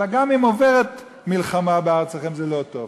אלא גם אם עוברת מלחמה בארצכם זה לא טוב.